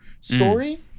story